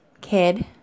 kid